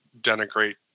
denigrate